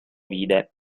vide